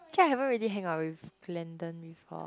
actually I haven't really hang out with Glenden before